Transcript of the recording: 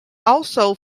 also